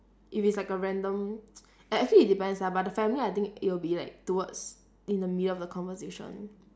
if it's like a random a~ actually it depends ah but the family I think it'll be like towards in the middle of the conversation